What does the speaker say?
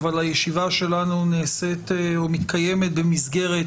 אבל הישיבה שלנו נעשית או מתקיימת במסגרת